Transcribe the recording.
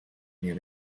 mir